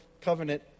Covenant